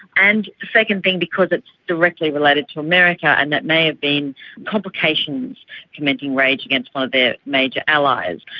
and the second thing because it's directly related to america and that may have been complications fomenting rage against one of their major allies.